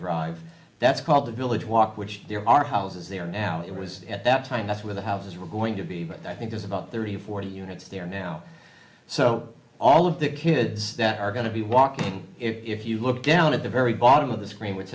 drive that's called the village walk which there are houses there now it was at that time that's where the houses were going to be but i think there's about thirty or forty units there now so all of the kids that are going to be walking if you look down at the very bottom of the screen which